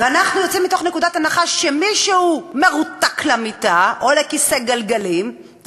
ואנחנו יוצאים מנקודת הנחה שמי שהוא מרותק למיטה או לכיסא גלגלים,